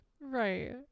Right